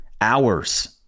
hours